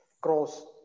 cross